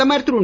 பிரதமர் திரு